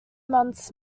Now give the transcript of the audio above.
months